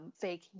fake